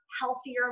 healthier